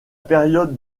période